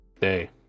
day